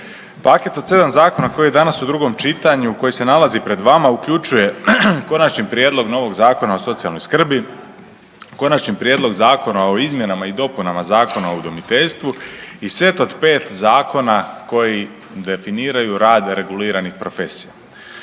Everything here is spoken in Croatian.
Paket od 7 zakona koji je danas u drugom čitanju, koji se nalazi pred vama uključuje konačni prijedlog novog Zakona o socijalnoj skrbi, Konačni prijedlog Zakona o izmjenama i dopunama Zakona o udomiteljstvu i set od 5 zakona koji definiraju rad reguliranih profesija.